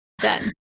done